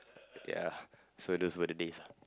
ya so those were the days ah